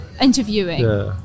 interviewing